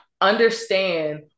understand